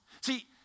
See